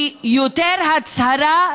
היא יותר הצהרה,